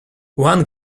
one